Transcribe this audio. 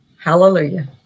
Hallelujah